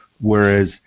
Whereas